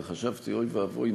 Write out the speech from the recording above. וחשבתי: אוי ואבוי,